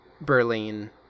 berlin